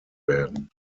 werden